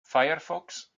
firefox